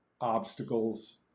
obstacles